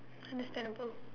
understandable